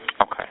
Okay